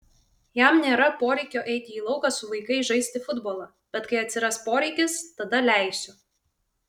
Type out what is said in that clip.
jam nėra poreikio eiti į lauką su vaikais žaisti futbolą bet kai atsiras poreikis tada leisiu